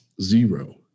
Zero